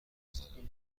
بزنیم